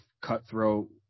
cutthroat